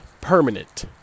permanent